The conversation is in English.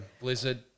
blizzard